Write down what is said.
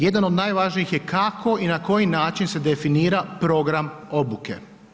Jedan od najvažnijih je kako i na koji način se definira program obuke.